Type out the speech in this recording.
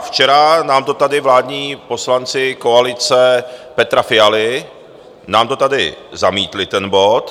Včera nám to tady vládní poslanci koalice Petra Fialy zamítli, ten bod.